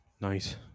nice